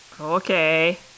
Okay